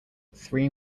three